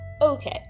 Okay